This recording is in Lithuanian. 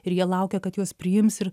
ir jie laukia kad juos priims ir